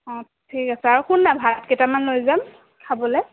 অঁ ঠিক আছে আৰু শুননা ভাত কেইটামান লৈ যাম খাবলে